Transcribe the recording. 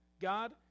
God